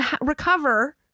recover